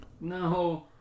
No